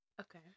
Okay